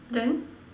then